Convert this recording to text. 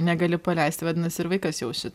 negali paleisti vadinasi ir vaikas jaus šitą